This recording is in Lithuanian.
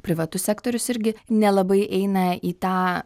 privatus sektorius irgi nelabai eina į tą